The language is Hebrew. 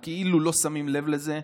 אנחנו כאילו לא שמים לב לזה,